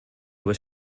was